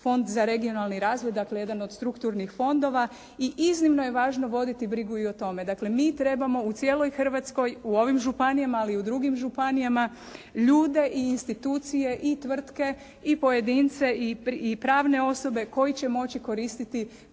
Fond za regionalni razvoj. Dakle jedan od strukturnih fondova i iznimno je važno voditi brigu i o tome. Dakle mi trebamo u cijeloj Hrvatskoj u ovim županijama ali i u drugim županijama ljude i institucije i tvrtke i pojedince i pravne osobe koji će moći koristiti